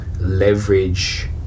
leverage